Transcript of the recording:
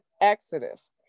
Exodus